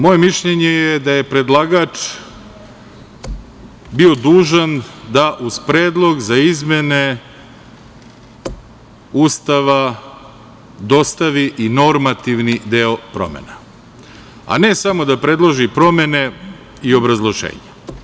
Moje mišljenje je da je predlagač bio dužan da uz predlog za izmene Ustava dostavi i normativni deo promena, a ne samo da predloži promene i obrazloženje.